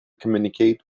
communicate